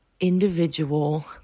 individual